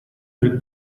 del